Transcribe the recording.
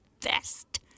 Best